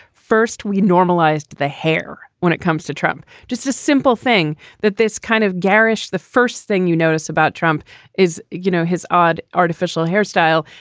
first, we normalized the hair when it comes to trump. just a simple thing that this kind of garish. the first thing you notice about trump is, you know, his odd artificial hairstyle.